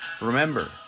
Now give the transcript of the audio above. Remember